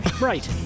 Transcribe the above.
Right